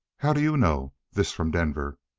how do you know? this from denver.